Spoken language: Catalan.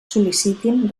sol·licitin